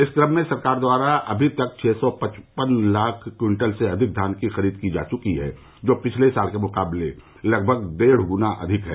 इस क्रम में सरकार द्वारा अभी तक छः सौ पचपन लाख क्विंटल से अधिक धान की खरीद की जा चुकी है जो पिछले साल के मुकाबले लगभग डेढ़ गुना अधिक है